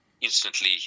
instantly